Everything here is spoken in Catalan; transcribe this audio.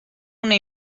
una